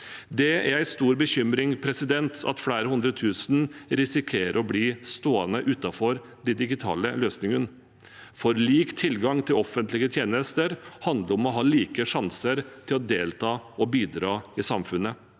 Det er en stor bekymring at flere hundre tusen risikerer å bli stående utenfor de digitale løsningene, for lik tilgang til offentlige tjenester handler om å ha like sjanser til å delta og bidra i samfunnet.